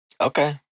Okay